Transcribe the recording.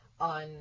on